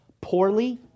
poorly